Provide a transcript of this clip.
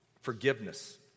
forgiveness